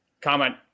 comment